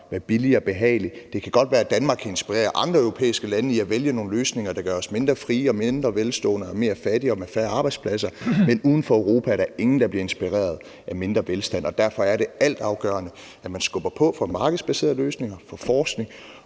være billig og behagelig. Det kan godt være, at Danmark kan inspirere andre europæiske lande til at vælge nogle løsninger, der gør os mindre frie, mindre velstående, altså fattigere og giver os færre arbejdspladser, men uden for Europa er der ingen, der bliver inspireret af mindre velstand. Og derfor er det altafgørende, at man skubber på for markedsbaserede løsninger, for forskning